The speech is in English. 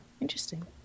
Interesting